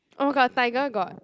oh got tiger got